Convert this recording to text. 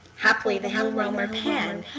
haply the hill-roamer pan.